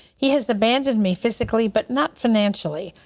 he has abandoned me physically but not financially.